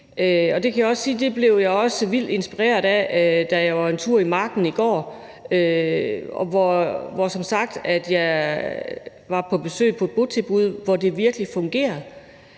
det, som jeg blev vildt inspireret af, da jeg i går gjorde studier i marken og var på besøg på et botilbud, hvor det virkelig fungerer,